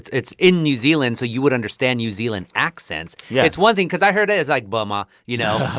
it's it's in new zealand, so you would understand new zealand accents yeah it's one thing because i heard it as, like, burma you know?